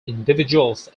individuals